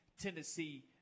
Tennessee